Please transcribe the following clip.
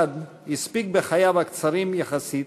הספיק בחייו הקצרים יחסית